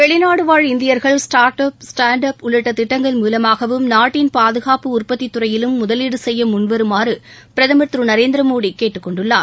வெளிநாடு வாழ் இந்தியர்கள் ஸ்டார்ட் அப் ஸ்டாண்ட் அப் உள்ளிட்ட திட்டங்கள் மூலமாகவும் நாட்டின் பாதுகாப்பு உற்பத்தித் துறையிலும் முதலீடு செய்ய முன்வருமாறு பிரதமர் திரு நரேந்திர மோடி கேட்டுக் கொண்டுள்ளார்